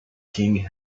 king